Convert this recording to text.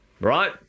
right